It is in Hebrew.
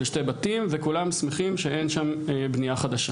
שני בתים וכולם שמחים שאין שם בנייה חדשה.